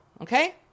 Okay